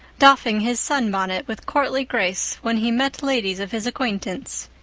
doffing his sunbonnet with courtly grace when he met ladies of his acquaintance.